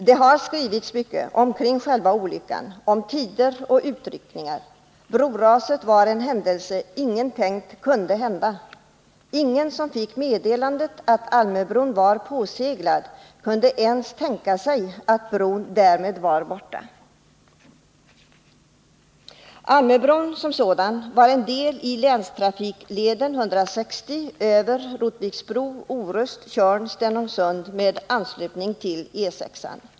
Det har skrivits mycket omkring själva olyckan, om tider och utryckningar. Broraset var en händelse som ingen tänkt sig kunde hända. Ingen som fick meddelandet att Almöbron var påseglad kunde ens tänka sig att bron därmed var borta. Almöbron som sådan var en del i länstrafikleden 160 över Rotviksbro-Orust-Tjörn-Stenungsund med anslutning till E 6.